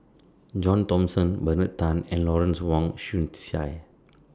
John Thomson Bernard Tan and Lawrence Wong Shyun Tsai